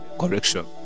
correction